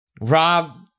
Rob